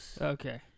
Okay